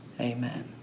Amen